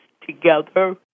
together